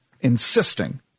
insisting